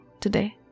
today